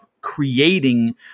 creating